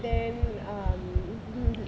them um